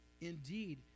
indeed